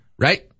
Right